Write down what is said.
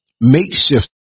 makeshift